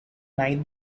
night